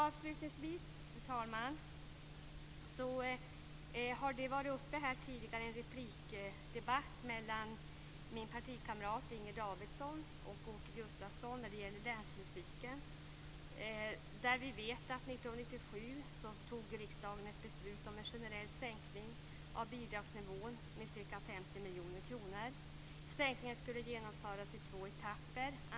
Avslutningsvis, fru talman, har det tidigare här i kammaren varit ett replikskifte mellan min partikamrat Inger Davidson och Åke Gustavsson när det gäller länsmusiken. Där vet vi att riksdagen 1997 fattade ett beslut om en generell sänkning av bidragsnivån med ca 50 miljoner kronor. Sänkningen skulle genomföras i två etapper.